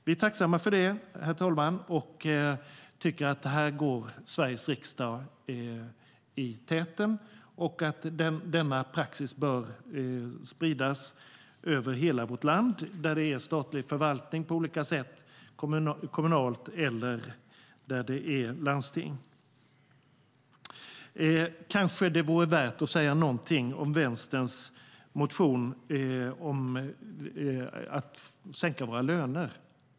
Vi är tacksamma för detta, herr talman, och tycker att här går Sveriges riksdag i täten och att denna praxis bör spridas över hela vårt land till statliga förvaltningar, kommuner och landsting. Kanske det vore värt att säga någonting om Vänsterns motion om att sänka våra löner.